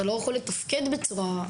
אתה לא יכול לתפקד בצורה הזאת.